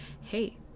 Hey